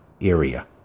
area